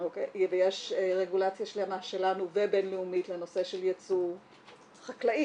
יש רגולציה שלמה שלנו ובין-לאומית לנושא של ייצוא חקלאי,